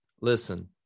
Listen